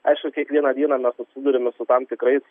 aišku kiekvieną dieną mes susiduriame su tam tikrais